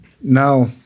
Now